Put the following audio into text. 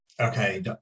Okay